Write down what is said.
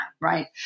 Right